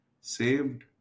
saved